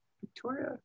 Victoria